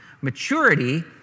Maturity